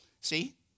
See